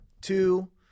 Two